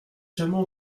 jamais